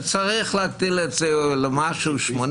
צריך להגדיל את זה ל-80,